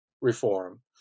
reform